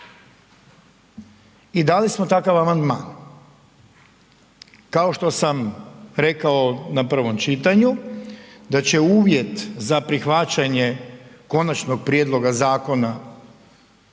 I dali smo takav amandman. Kao što sam rekao na prvom čitanju da će uvjet za prihvaćanje konačnog prijedloga zakona